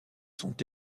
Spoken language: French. sont